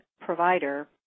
provider